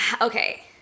Okay